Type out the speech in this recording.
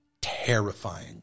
terrifying